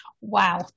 Wow